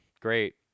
great